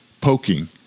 poking